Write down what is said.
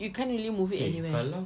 you can't really move it anywhere